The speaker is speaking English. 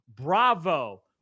Bravo